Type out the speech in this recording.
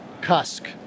cusk